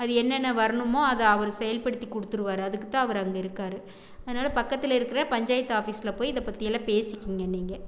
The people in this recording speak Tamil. அது என்னென்ன வரணுமோ அது அவர் செயல்படுத்தி கொடுத்துருவாரு அதுக்கு தான் அவர் அங்கே இருக்கார் அதனால் பக்கத்தில் இருக்கிற பஞ்சாயத்து ஆஃபிஸில் போய் இதை பற்றி எல்லாம் பேசிக்குங்கள் நீங்கள்